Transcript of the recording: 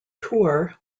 tour